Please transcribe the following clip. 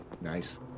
Nice